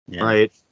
right